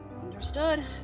Understood